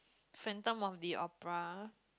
Phantom of the Opera